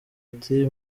ati